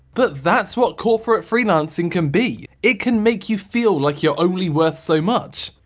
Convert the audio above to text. but that's what corporate freelancing can be. it can make you feel like you're only worth so much.